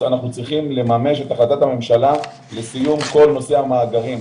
יש החלטת ממשלה שמדברת